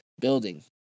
building